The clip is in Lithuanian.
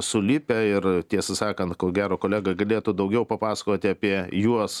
sulipę ir tiesą sakant ko gero kolega galėtų daugiau papasakoti apie juos